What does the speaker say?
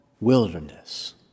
wilderness